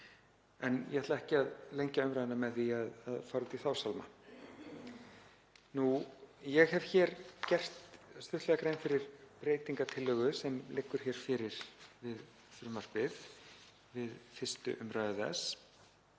en ég ætla ekki að lengja umræðuna með því að fara út í þá sálma. Ég hef hér gert stuttlega grein fyrir breytingartillögu sem liggur hér fyrir við frumvarpið við 1. umræðu þess